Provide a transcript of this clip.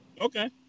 Okay